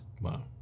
wow